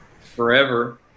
forever